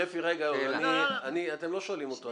שפי אתם לא שואלים אותו.